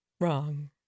wrong